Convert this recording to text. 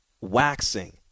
waxing